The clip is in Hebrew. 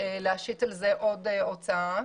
להשית על זה עוד הוצאה.